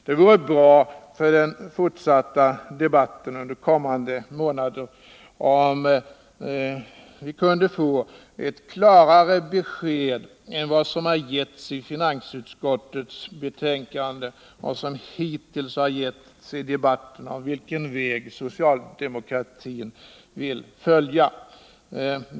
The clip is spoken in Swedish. Det vore bra för den fortsatta debatten under kommande månader om vi kunde få ett klarare besked än vad som har getts i finansutskottets betänkande och hittills i debatten, om vilken väg socialdemokratin vill följa.